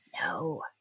No